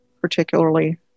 particularly